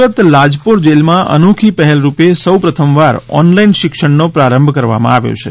સુરત લાજપોર જેલમાં અનોખી પહેલરૂપે સૌપ્રથમવાર ઓનલાઇન શિક્ષણનો પ્રારંભ કરવામાં આવ્યો છે